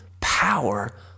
power